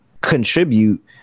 contribute